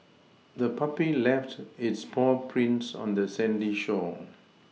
the puppy left its paw prints on the sandy shore